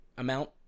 amount